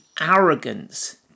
arrogance